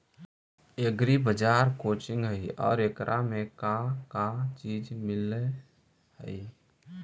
Agri बाजार कोची हई और एकरा में का का चीज मिलै हई?